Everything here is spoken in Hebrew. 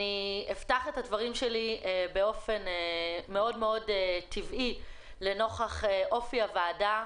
אני אפתח את הדברים שלי באופן מאוד מאוד טבעי לנוכח אופי הוועדה.